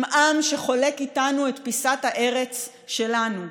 עם עם שחולק איתנו את פיסת הארץ שלנו.